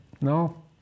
No